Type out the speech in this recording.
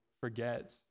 forget